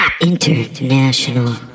International